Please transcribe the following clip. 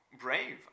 brave